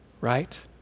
right